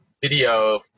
video